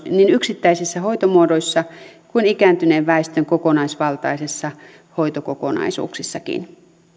niin niin yksittäisissä hoitomuodoissa kuin ikääntyneen väestön kokonaisvaltaisissa hoitokokonaisuuksissakin